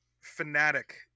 fanatic